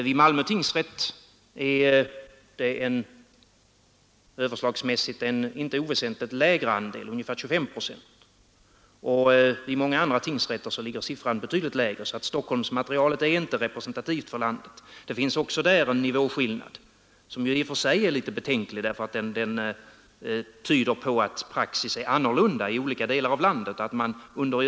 Vid Malmö tingsrätt är motsvarande andel inte oväsentligt lägre, nämligen ca 25 procent, och vid många andra tingsrätter ligger andelen betydligt lägre. Stockholmsmaterialet är alltså inte representativt för landet. Det finns därvidlag en nivåskillnad, som i och för sig är betänklig, eftersom den tyder på att praxis är annorlunda i olika delar av landet.